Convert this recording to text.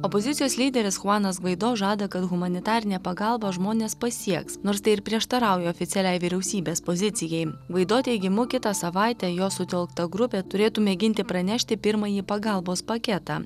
opozicijos lyderis chuanas gvaido žada kad humanitarinė pagalba žmones pasieks nors tai ir prieštarauja oficialiai vyriausybės pozicijai gvaido teigimu kitą savaitę jo sutelkta grupė turėtų mėginti pranešti pirmąjį pagalbos paketą